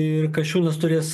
ir kasčiūnas turės